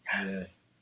yes